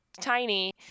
tiny